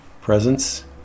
presence